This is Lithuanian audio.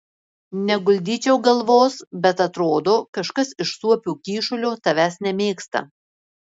neguldyčiau galvos bet atrodo kažkas iš suopių kyšulio tavęs nemėgsta